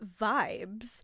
vibes